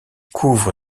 couvre